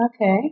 Okay